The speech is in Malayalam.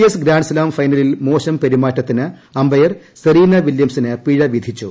എസ് ഗ്രാൻഡ് സ്ലാം സ്ഫൈനലിൽ മോശം പെരുമാറ്റത്തിന് അംപയർ സെറീന വില്യംസിന് പിഴ വിധിച്ചു